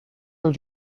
are